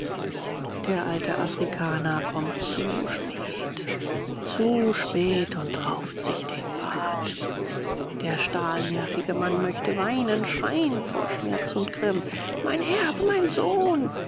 der alte afrikaner kommt zu spät zu spät und rauft sich den bart der stahlnervige mann möchte weinen schreien vor schmerz und grimm mein erb mein sohn